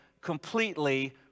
completely